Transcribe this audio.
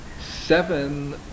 seven